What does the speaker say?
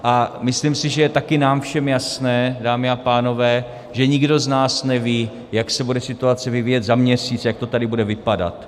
A myslím si, že je nám také všem jasné, dámy a pánové, že nikdo z nás neví, jak se bude situace vyvíjet za měsíc, jak to tady bude vypadat.